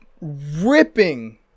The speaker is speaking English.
ripping